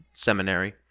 seminary